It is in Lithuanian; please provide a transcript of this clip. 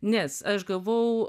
nes aš gavau